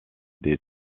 des